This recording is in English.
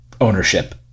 ownership